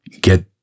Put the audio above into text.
get